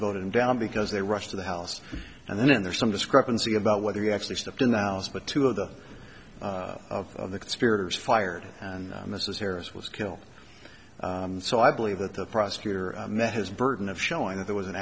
voted him down because they rushed to the house and then there's some discrepancy about whether he actually stopped in the house but two of the of the conspirators fired and mrs harris was killed so i believe that the prosecutor met his burden of showing that there was an